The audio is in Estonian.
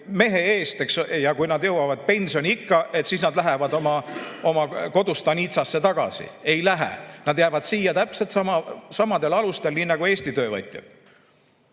mehe eest ja kui nad jõuavad pensioniikka, siis nad lähevad oma kodustaniitsasse tagasi? Ei lähe. Nad jäävad siia täpselt samadel alustel nagu Eesti töövõtjad.